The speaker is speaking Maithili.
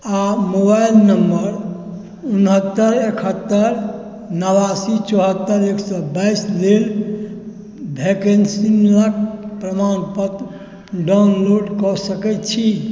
आ मोबाइल नम्बर उनहत्तरि एकहत्तरि नबासी चौहत्तरि एक सए बाइसके लेल भैकेन्सीक प्रमाण पत्र डाउनलोड कऽ सकैत छी